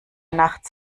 nachts